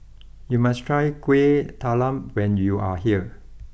you must try Kueh Talam when you are here